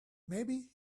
maybe